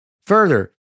Further